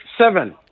Seven